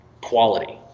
quality